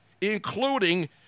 including